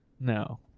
No